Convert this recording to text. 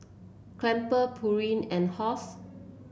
Crumpler Pureen and Halls